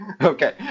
Okay